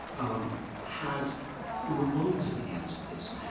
um had revolted against this.